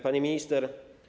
Pani Minister!